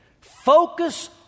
focus